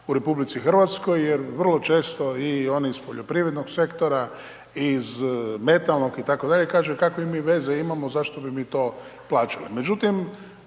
u RH, jer vrlo često i oni s poljoprivrednom sektora i iz metalnog itd. kaže, kakve mi veze imamo zašto bi mi to plaćali. Međutim,